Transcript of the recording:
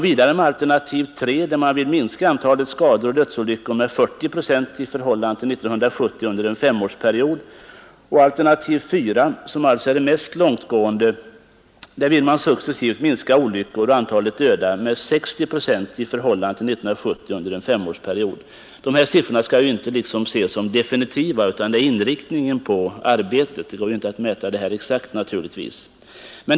I alternativ 3 vill man minska antalet skador och dödsolyckor med 40 procent i förhållande till 1970 under en femårsperiod, och i alternativ 4, som är det mest långtgående, vill man successivt minska olyckorna och antalet döda med 60 procent i förhållande till 1970 under en femårsperiod. Dessa siffror skall inte ses som definitiva, men de visar inriktningen på arbetet. Det går naturligtvis inte att få fram några exakta värden.